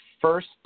first